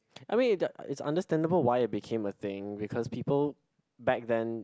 I mean it's understandable why it became a thing because people back then